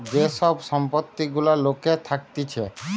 যে সব সম্পত্তি গুলা লোকের থাকতিছে